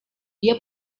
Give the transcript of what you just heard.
dia